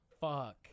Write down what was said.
fuck